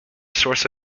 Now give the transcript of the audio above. source